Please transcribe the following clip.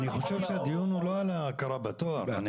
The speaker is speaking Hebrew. הדיון הוא לא על הכרה בתואר.